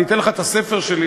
אני אתן לך את הספר שלי,